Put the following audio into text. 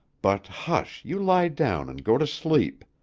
but, hush you lie down and go to sleep.